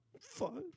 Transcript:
fuck